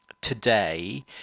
today